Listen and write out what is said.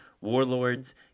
Warlords